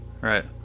right